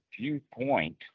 viewpoint